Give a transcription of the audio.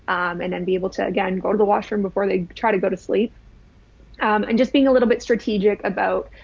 and then be able to, again, go to the washroom before they try to go to sleep and just being a little bit strategic about,